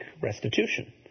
restitution